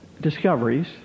discoveries